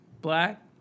black